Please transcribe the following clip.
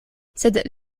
sed